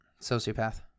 Sociopath